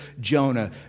Jonah